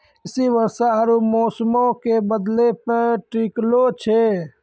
कृषि वर्षा आरु मौसमो के बदलै पे टिकलो छै